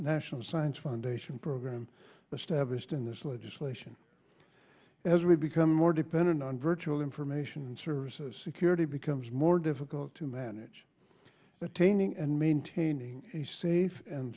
national science foundation program must have missed in this legislation as we become more dependent on virtual information services security becomes more difficult to manage attaining and maintaining a safe and